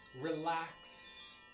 Relax